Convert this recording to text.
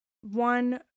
One